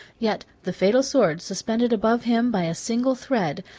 yet the fatal sword, suspended above him by a single thread,